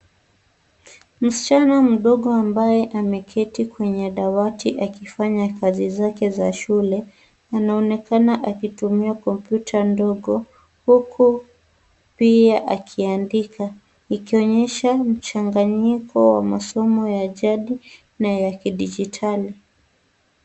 Msichana mdogo ambaye ameketi kwenye dawati akifanya kazi zake za shule. Anaonekana akitumia kompyuta ndogo huku pia akiandika akionyesha mchanganyiko wa masomo ya jadi na ya kidijitali.